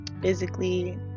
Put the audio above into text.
Physically